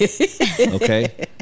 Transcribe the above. Okay